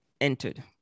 entered